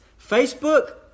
Facebook